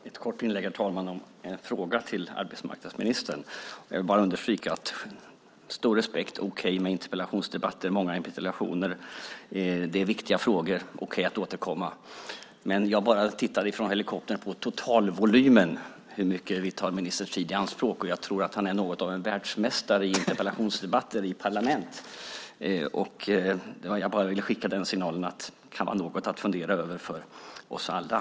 Herr talman! Jag vill bara understryka att jag har stor respekt för detta. Det är okej med interpellationsdebatter och många interpellationer. Det är viktiga frågor, och det är okej att återkomma. Men jag tittar bara på den totala volymen och hur mycket av ministerns tid som vi tar i anspråk. Och jag tror att han är något av en världsmästare i fråga om interpellationsdebatter i parlament. Jag vill bara skicka signalen att det kan vara något att fundera över för oss alla.